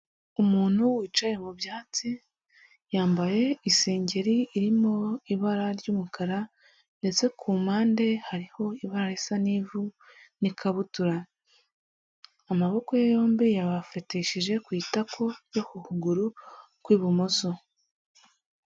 Umuntu wicaye mu byatsi yambaye isengeri irimo ibara ry'umukara, ndetse ku mpande hariho ibara risa n'ivu n'ikabutura, amaboko ye yombi yabafatishije ku itako yo ku kuguru kw'ibumoso.